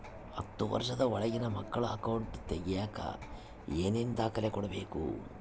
ಹತ್ತುವಷ೯ದ ಒಳಗಿನ ಮಕ್ಕಳ ಅಕೌಂಟ್ ತಗಿಯಾಕ ಏನೇನು ದಾಖಲೆ ಕೊಡಬೇಕು?